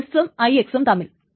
S സ്സും IX സ്സും തമ്മിൽ